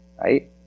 right